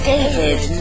David